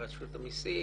רשות המסים,